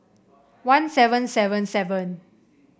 one seven seven seven